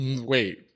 Wait